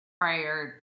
prior